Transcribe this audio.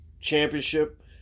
Championship